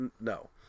No